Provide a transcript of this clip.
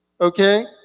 okay